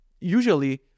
usually